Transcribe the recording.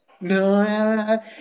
No